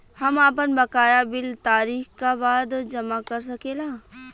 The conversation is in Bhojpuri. हम आपन बकाया बिल तारीख क बाद जमा कर सकेला?